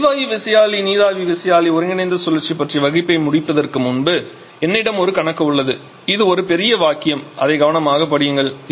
நான் எரிவாயு விசையாழி நீராவி விசையாழி ஒருங்கிணைந்த சுழற்சி பற்றிய வகுப்பை முடிப்பதற்கு முன்பு என்னிடம் ஒரு கணக்கு உள்ளது இது ஒரு பெரிய வாக்கியம் அதை கவனமாகப் படியுங்கள்